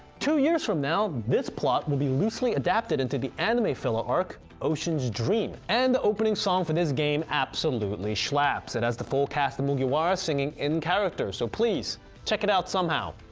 two years from now this plot will be loosely adapted into the anime filler arc ocean's dream. and the opening song for this game shlaps. it has the full cast of mugiwara singing in character so please check it out somehow,